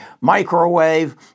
microwave